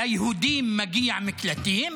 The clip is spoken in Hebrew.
שליהודים מגיע מקלטים